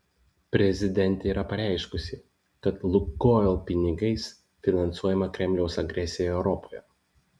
prezidentė yra pareiškusi kad lukoil pinigais finansuojama kremliaus agresija europoje